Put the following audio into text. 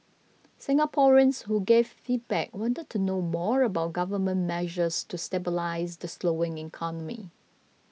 Singaporeans who gave feedback wanted to know more about Government measures to stabilise the slowing economy